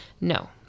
No